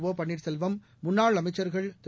ஒபன்ளீர்செல்வம் முன்னாள் அமைச்சர்கள் திரு